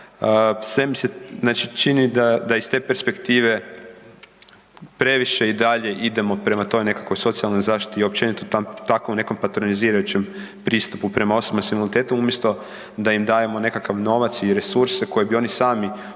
Sve mi se čini da iz te perspektive previše i dalje idemo prema toj nekakvoj socijalnoj zaštiti i općenito tako u nekom patronizirajućem pristupu prema osobama s invaliditetom umjesto da im dajemo nekakav novac i resurse koje bi oni sami